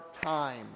time